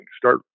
start